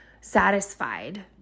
satisfied